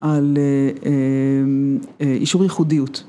על אה..אישור ייחודיות